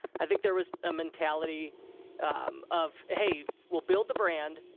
i think there was a mentality of hey, we'll build the brand.